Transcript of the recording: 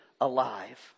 alive